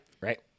Right